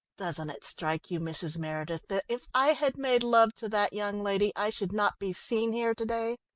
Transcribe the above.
doesn't it strike you, mrs. meredith, that if i had made love to that young lady, i should not be seen here to-day?